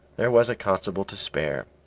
there was a constable to spare.